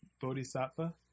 Bodhisattva